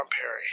Perry